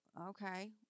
Okay